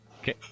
okay